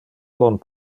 con